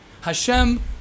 Hashem